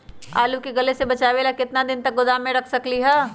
आलू के गले से बचाबे ला कितना दिन तक गोदाम में रख सकली ह?